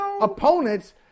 opponents